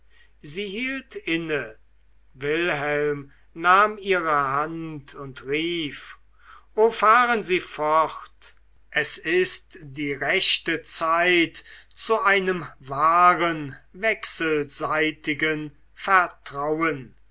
sie hielt inne wilhelm nahm ihre hand und rief o fahren sie fort es ist die rechte zeit zu einem wahren wechselseitigen vertrauen